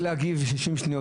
רק להגיב בשישים שניות.